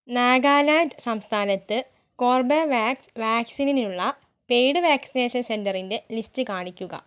നാഗാലാൻഡ് സംസ്ഥാനത്ത് കോർബെവാക്സ് വാക്സിനിനുള്ള paid vaccination സെന്ററിൻ്റെ ലിസ്റ്റ് കാണിക്കുക